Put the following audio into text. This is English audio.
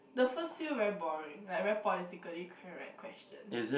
the first few very boring like very politically correct questions